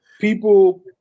people